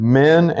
men